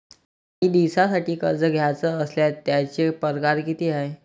कायी दिसांसाठी कर्ज घ्याचं असल्यास त्यायचे परकार किती हाय?